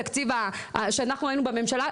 בתקציב שאנחנו היינו בממשלה,